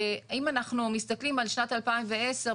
אם אנחנו מסתכלים על שנת 2010,